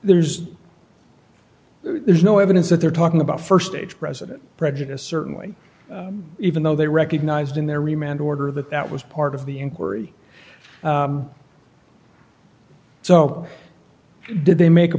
there's there's no evidence that they're talking about st stage president prejudice certainly even though they recognized in their remained order that that was part of the inquiry so did they make a